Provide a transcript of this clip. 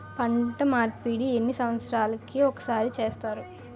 పంట మార్పిడి ఎన్ని సంవత్సరాలకి ఒక్కసారి చేస్తారు?